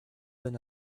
than